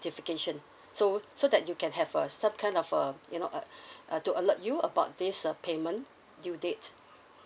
notification so so that you can have a some kind of uh you know uh uh to alert you about this uh payment due date